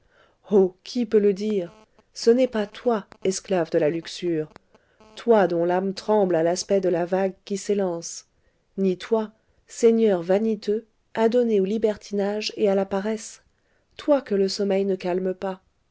qui peut le dire ce n'est pas toi esclave de la luxure toi dont l'âme tremble à l'aspect de la vague qui s'élance ni toi seigneur vaniteux adonné au libertinage et à la paresse toi que le sommeil ne calme pas